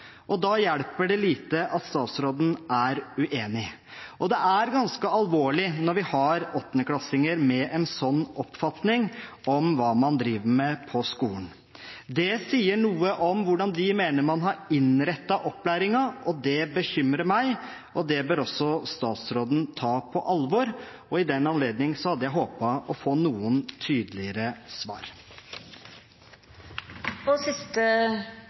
og da hjelper det lite at statsråden er uenig. Det er ganske alvorlig når vi har åttendeklassinger med en sånn oppfatning av hva man driver med på skolen. Det sier noe om hvordan de mener man har innrettet opplæringen. Det bekymrer meg, og det bør også statsråden ta på alvor. I den anledning hadde jeg håpet å få noen tydeligere